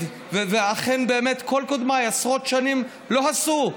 ואכן באמת כל קודמיי עשרות שנים לא עשו,